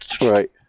Right